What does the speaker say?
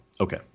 Okay